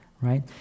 right